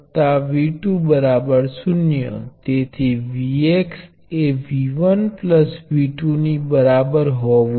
એકમાત્ર અલગ વસ્તુ એ પ્ર્વાહ નુ સમય ની સાપેક્ષે વિકલન છે અહીયા પ્રમાણસરતા સતત છે